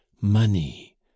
money